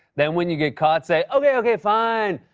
then when you get caught say, okay, okay, fine.